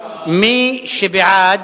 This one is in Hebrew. מי שבעד,